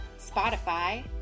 Spotify